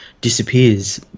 disappears